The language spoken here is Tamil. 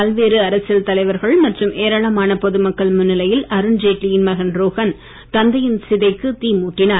பல்வேறு அரசியல் தலைவர்கள் மற்றும் ஏராளமான பொதுமக்கள் முன்னிலையில் அருண்ஜெட்லியின் மகன் ரோஹன் தந்தையின் சிதைக்கு தீ மூட்டினார்